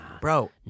Bro